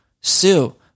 Sue